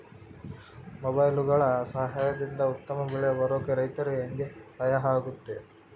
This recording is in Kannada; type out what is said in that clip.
ಮೊಬೈಲುಗಳ ಸಹಾಯದಿಂದ ಉತ್ತಮ ಬೆಳೆ ಬರೋಕೆ ರೈತರಿಗೆ ಹೆಂಗೆ ಸಹಾಯ ಆಗುತ್ತೆ?